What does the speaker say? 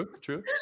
true